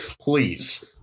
please